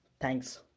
Thanks